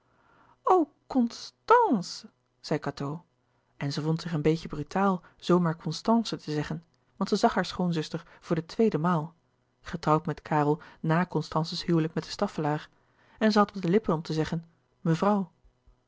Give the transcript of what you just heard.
constànce zei cateau en ze vond zich een beetje brutaal zoo maar constance te zeggen want ze zag haar schoonzuster voor de tweede maal getrouwd met karel na constance's huwelijk met de staffelaer en ze had op de lippen om te zeggen mevrouw